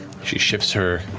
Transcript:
she shifts her